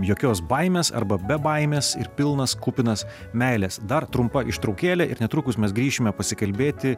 jokios baimės arba be baimės ir pilnas kupinas meilės dar trumpa ištraukėlė ir netrukus mes grįšime pasikalbėti